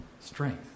Strength